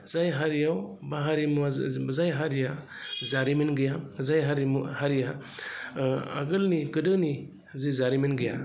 जाय हारियाव बा हारिमुआ जाय हारिया जारिमिन गैया जाय हारिया आगोलनि गोदोनि जि जारिमिन गैया